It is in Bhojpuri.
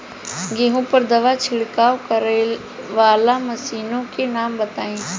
गेहूँ पर दवा छिड़काव करेवाला मशीनों के नाम बताई?